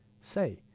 say